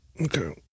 Okay